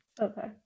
Okay